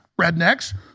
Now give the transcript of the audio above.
rednecks